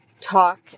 talk